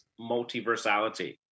multiversality